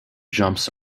jumps